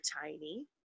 tiny